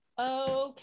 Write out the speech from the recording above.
Okay